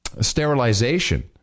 sterilization